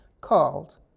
called